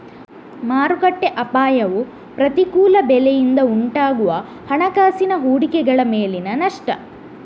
ಮಾರುಕಟ್ಟೆ ಅಪಾಯವು ಪ್ರತಿಕೂಲ ಬೆಲೆಯಿಂದ ಉಂಟಾಗುವ ಹಣಕಾಸಿನ ಹೂಡಿಕೆಗಳ ಮೇಲಿನ ನಷ್ಟ